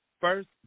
first